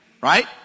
Right